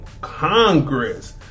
congress